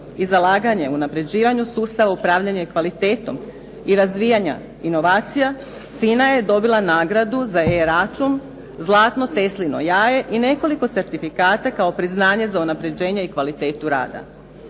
i zalaganje u unapređivanju sustava, upravljanje kvalitetom i razvijanja inovacija FINA je dobila nagradu za e-račun "Zlatno Teslino jaje" i nekoliko certifikata kao priznanje za unapređenje i kvalitetu rada.